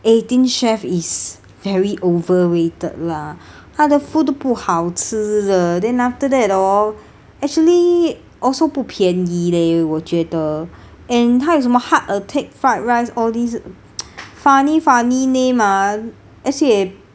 eighteen chef is very overrated lah 它的 food 都不好吃了 then after that hor actually also 不便宜 leh 我觉得 and 它有什么 heart attack fried rice all these funny funny name ah actually 也